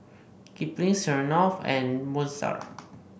Kipling Smirnoff and Moon Star